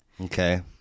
Okay